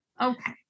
Okay